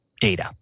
data